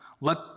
Let